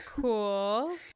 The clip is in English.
Cool